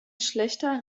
schlechter